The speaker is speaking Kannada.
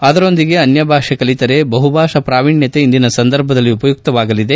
ಅದರೊಂದಿಗೆ ಅನ್ಯ ಭಾಷೆ ಕಲಿತರೆ ಬಹುಭಾಷಾ ಪ್ರಾವೀಣ್ಯತೆ ಇಂದಿನ ಸಂದರ್ಭದಲ್ಲಿ ಉಪಯುಕ್ತವಾಗಲಿದೆ